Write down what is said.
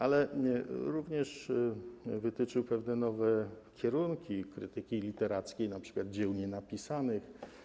Ale również wytyczył pewne nowe kierunki krytyki literackiej, np. dzieł nienapisanych.